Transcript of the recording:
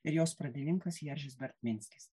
ir jos pradininkas jeržis bartminskis